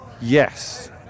Yes